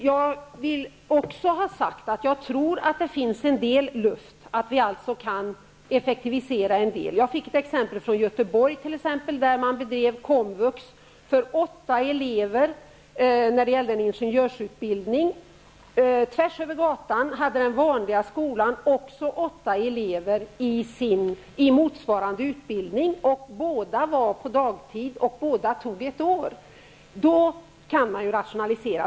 Jag vill också ha sagt att jag tror att det finns en del luft, att vi kan effektivisera en del. Jag har ett exempel från Göteborg, där man bedrev undervisning inom komvux på en ingenjörsutbildning för åtta elever. Tvärsöver gatan hade en vanlig skola också åtta elever i motsvarande utbildning. Båda var på dagtid, och utbildningen tog ett år. Där kan man rationalisera.